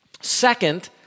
Second